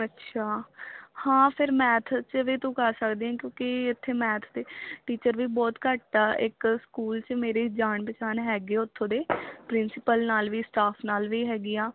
ਅੱਛਾ ਹਾਂ ਫਿਰ ਮੈਥ 'ਚ ਵੀ ਤੂੰ ਕਰ ਸਕਦੀ ਕਿਉਂਕਿ ਇੱਥੇ ਮੈਥ ਦੇ ਟੀਚਰ ਵੀ ਬਹੁਤ ਘੱਟ ਆ ਇੱਕ ਸਕੂਲ ਸੀ ਮੇਰੀ ਜਾਣ ਪਹਿਚਾਣ ਹੈਗੇ ਉੱਥੋਂ ਦੇ ਪ੍ਰਿੰਸੀਪਲ ਨਾਲ ਵੀ ਸਟਾਫ ਨਾਲ ਵੀ ਹੈਗੀ ਆ